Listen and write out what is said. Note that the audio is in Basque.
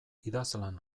idazlan